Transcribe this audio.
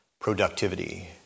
productivity